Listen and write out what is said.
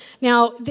Now